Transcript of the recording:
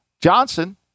Johnson